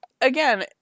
again